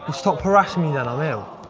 stop harassing me, then. i'm ill.